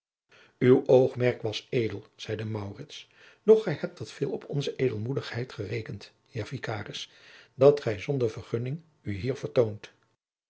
uw oogmerk was edel zeide maurits doch gij hebt wat veel op onze edelmoedigheid gerekend heer vikaris dat gij zonder vergunning u hier vertoont